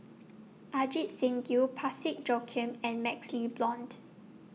Ajit Singh Gill Parsick Joaquim and MaxLe Blond